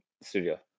Studio